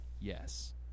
yes